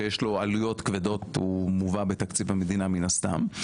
שיש לו עלויות כבדות והוא מובא בתקציב המדינה מן הסתם.